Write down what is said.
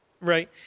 right